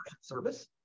service